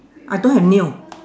I don't have nail